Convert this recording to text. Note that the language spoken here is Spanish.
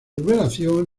liberación